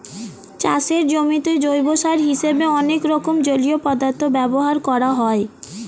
চাষের জমিতে জৈব সার হিসেবে অনেক রকম জলীয় পদার্থ ব্যবহার করা হয়